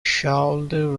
shoulder